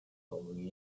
following